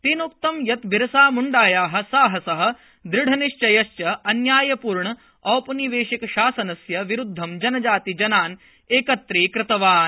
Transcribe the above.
तेनोक्तं यत् बिरसाम्ण्डायाः साहसः दृढनिश्यश्च अन्यायपूर्ण औपनिवेशिकशासनस्य विरुद्धं जनजातिजनान् एकत्रीकृतवान्